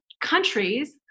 countries